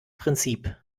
prinzip